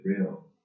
real